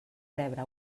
rebre